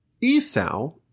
Esau